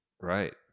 Right